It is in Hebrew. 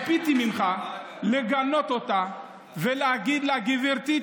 ציפיתי ממך לגנות אותה ולהגיד לה: גברתי,